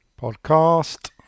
Podcast